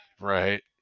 Right